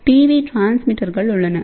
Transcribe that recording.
TV டிரான்ஸ்மிட்டர்கள் உள்ளன